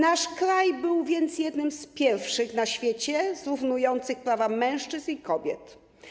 Nasz kraj był więc jednym z pierwszych na świecie zrównujących prawa mężczyzn i kobiet.